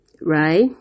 right